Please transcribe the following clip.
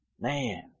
Man